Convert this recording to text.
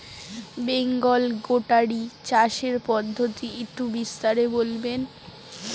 বেঙ্গল গোটারি চাষের পদ্ধতি একটু বিস্তারিত বলবেন?